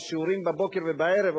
של שיעורים בבוקר ובערב,